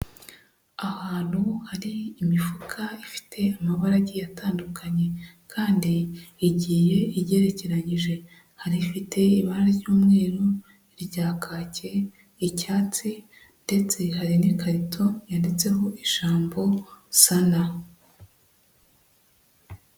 Ahantu hari imifuka ifite amabara agiye atandukanye kandi igiye igerekeranyije, hari ifite ibara ry'umweru, irya kake, icyatsi ndetse hari n'ikarito yanditseho ijambo Sanlam.